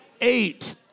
eight